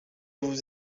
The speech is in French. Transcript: vous